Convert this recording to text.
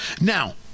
Now